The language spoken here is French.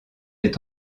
est